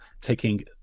taking